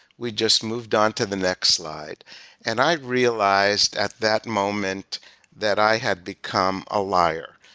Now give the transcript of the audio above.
we just moved on to the next slide and i've realized at that moment that i had become a liar,